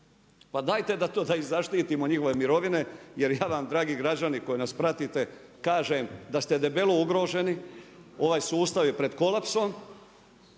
pa dajte da ih zaštitimo njihove mirovine jer jadni dragi građani koji nas pratite kažem da ste debelo ugroženi, ovaj sustav je pred kolapsom.